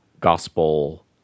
gospel